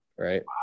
right